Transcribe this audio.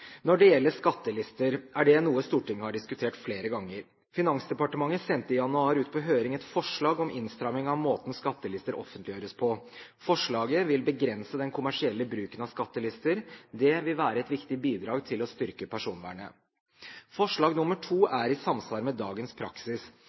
Når det gjelder skattelister, er det noe Stortinget har diskutert flere ganger. Finansdepartementet sendte i januar ut på høring et forslag om innstramming av måten skattelister offentliggjøres på. Forslaget vil begrense den kommersielle bruken av skattelister. Det vil være et viktig bidrag til å styrke personvernet. Forslag